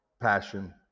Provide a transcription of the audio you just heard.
passion